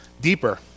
deeper